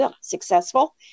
successful